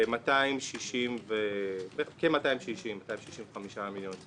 כ-260 או 265 מיליון.